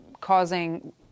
causing